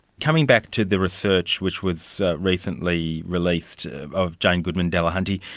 coming back to the research which was recently released of jane goodman-delahunty,